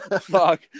Fuck